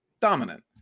dominant